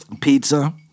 Pizza